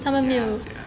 ya sia